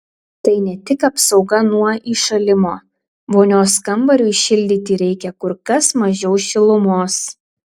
tai ne tik apsauga nuo įšalimo vonios kambariui šildyti reikia kur kas mažiau šilumos